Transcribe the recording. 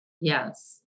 Yes